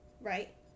right